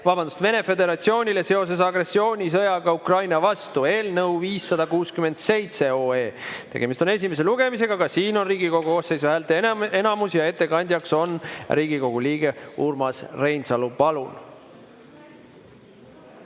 Vene Föderatsioonile seoses agressioonisõjaga Ukraina vastu" eelnõu 567. Tegemist on esimese lugemisega. Ka siin on vajalik Riigikogu koosseisu häälteenamus ja ettekandjaks on Riigikogu liige Urmas Reinsalu. Palun!